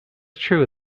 true